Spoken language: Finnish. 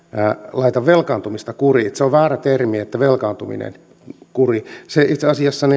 laita velkaantumista kuriin niin että velkaantuminen kuriin on väärä termi itse asiassa